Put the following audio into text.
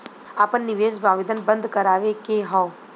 आपन निवेश आवेदन बन्द करावे के हौ?